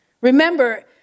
Remember